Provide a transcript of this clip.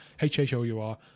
H-H-O-U-R